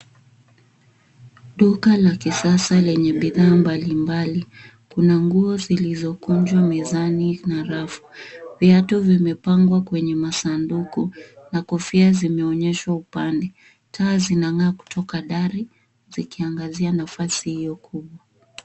Duka la kisasa lenye bidhaa mbalimbali. Kuna nguo zilizokunjwa mezani na rafu. Viatu vimepangwa kwenye masanduku na kofia zimeonyeshwa upande. Taa zinang'aa kutoka dari zikiangazia nafasi kubwa.